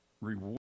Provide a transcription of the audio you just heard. reward